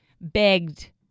begged